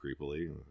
creepily